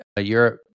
Europe